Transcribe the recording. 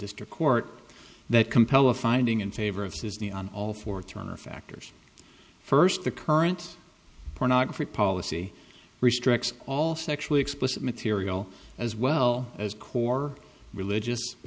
district court that compel a finding in favor of his knee on all four turner factors first the current pornography policy restricts all sexually explicit material as well as core religious